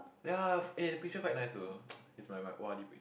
ya eh the pictures quite nice though it's my my o_r_d pic~